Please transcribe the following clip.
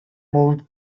moved